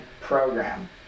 program